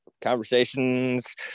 conversations